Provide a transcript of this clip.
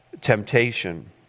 temptation